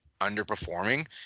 underperforming